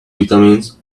vitamins